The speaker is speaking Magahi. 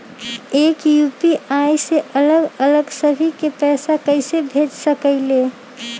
एक यू.पी.आई से अलग अलग सभी के पैसा कईसे भेज सकीले?